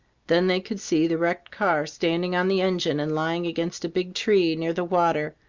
then they could see the wrecked car standing on the engine and lying against a big tree, near the water,